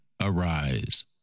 arise